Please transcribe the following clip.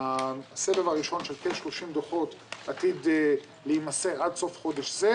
הסבב הראשון של כ-30 דוחות עתיד להימסר עד סוף חודש זה.